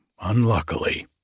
unluckily